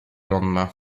lendemain